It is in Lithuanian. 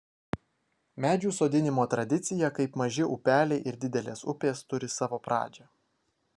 medžių sodinimo tradicija kaip maži upeliai ir didelės upės turi savo pradžią